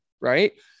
Right